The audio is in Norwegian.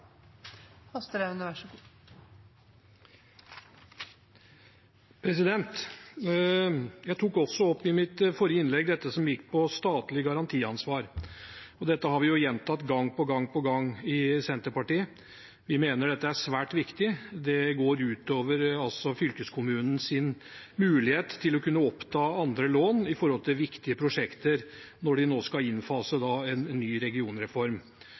tok jeg også opp dette med statlig garantiansvar, og dette har jo Senterpartiet gjentatt gang på gang. Vi mener dette er svært viktig. Det går altså ut over fylkeskommunens mulighet til å kunne oppta andre lån til viktige prosjekter når de nå skal innfase en ny regionreform.